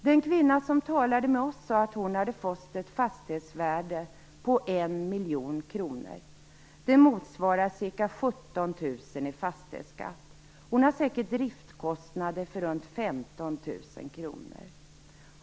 Den kvinna som talade med oss sade att hon hade fått ett fastighetsvärde på 1 miljon kronor. Det motsvarar ca 17 000 kronor i fastighetsskatt. Hon har säkert driftskostnader för runt 15 000 kronor.